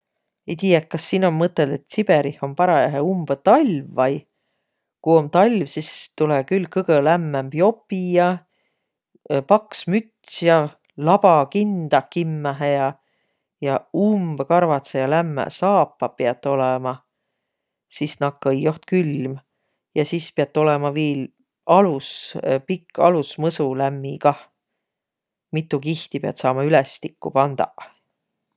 Ei tiiäq, kas siin om mõtõld, et Tsiberih om parajahe umbõ tal vai? Ku om talv, sis tulõ külh kõgõ lämmämb jopi ja paks müts ja labakindaq kimmähe ja. Ja umbõ karvadsõq ja lämmäq saapaq piät olõma, sis nakka-ai joht külm. Ja sis piät olõma viil alus- pikk alusmõsu, lämmi kah. Mitu kihti piät saama ülestikku pandaq.